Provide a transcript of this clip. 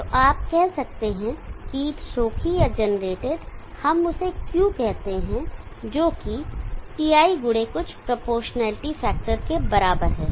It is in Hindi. तो आप कह सकते हैं कि हीट सोखी या जनरेटेड हम उसे Q कहते हैं जोकि pi गुणे कुछ प्रोपोर्शनैलिटी फैक्टर के बराबर है